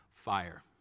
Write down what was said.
fire